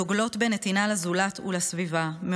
הדוגלות בנתינה לזולת ולסביבה,